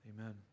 Amen